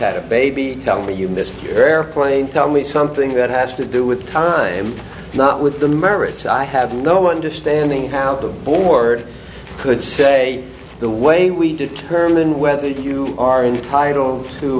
had a baby tell her you miss your airplane tell me something that has to do with time not with the merits i have no understanding how the board could say the way we determine whether you are entitled to